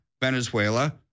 Venezuela